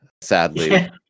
Sadly